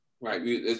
Right